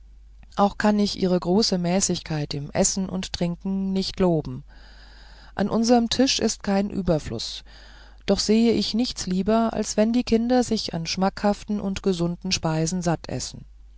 auch kann ich ihre große mäßigkeit im essen und trinken nicht loben an unserm tisch ist kein überfluß doch sehe ich nichts lieber als wenn die kinder sich an schmackhaften und gesunden speisen satt essen